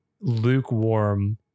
lukewarm